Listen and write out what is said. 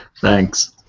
Thanks